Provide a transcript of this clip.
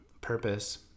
purpose